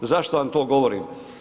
Zašto vam to govorim?